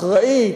אחראית,